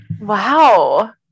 Wow